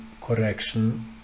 correction